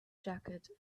jacket